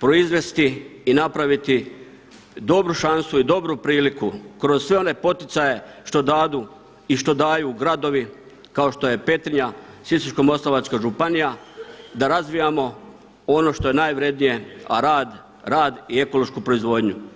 proizvesti i napraviti dobru šansu i dobru priliku kroz sve one poticaje što dadu i što daju gradovi kao što je Petrinja, Sisačko-moslavačka županija da razvijamo ono što je najvrjednije, a rad i ekološku proizvodnju.